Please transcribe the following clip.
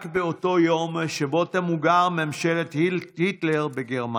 רק באותו יום שבו תמוגר ממשלת היטלר בגרמניה,